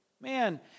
man